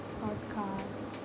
podcast